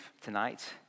tonight